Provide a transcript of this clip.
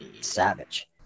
savage